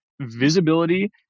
visibility